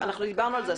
דיברנו על זה.